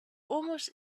almost